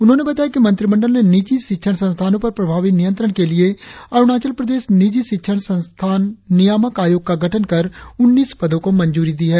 उन्होंने बताया कि मंत्रिमंडल ने निजी शिक्षण संस्थानों पर प्रभावी नियंत्रण के लिए अरुणाचल प्रदेश निजी शिक्षण संस्थान नियामक आयोग का गठन कर उन्नीस पदों को मंजूरी दी है